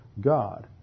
God